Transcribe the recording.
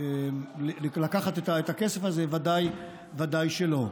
לקחת את הכסף הזה, ודאי שלא.